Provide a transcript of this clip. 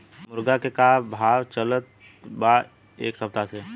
मुर्गा के भाव का चलत बा एक सप्ताह से?